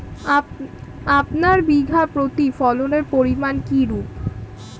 আপনার বিঘা প্রতি ফলনের পরিমান কীরূপ?